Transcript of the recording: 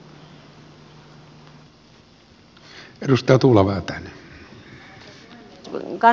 arvoisa puhemies